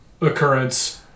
occurrence